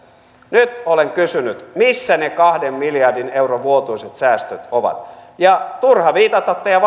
nyt olen kysynyt missä ne kahden miljardin euron vuotuiset säästöt ovat ja turha viitata teidän